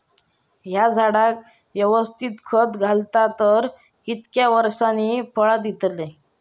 हया झाडाक यवस्तित खत घातला तर कितक्या वरसांनी फळा दीताला?